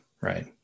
right